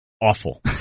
Awful